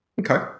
Okay